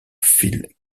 fil